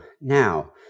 Now